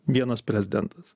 vienas prezidentas